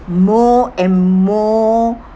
more and more